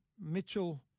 Mitchell